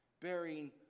bearing